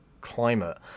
climate